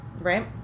Right